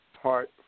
Heart